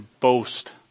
boast